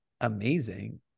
amazing